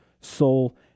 soul